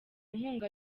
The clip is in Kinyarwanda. inkunga